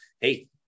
hey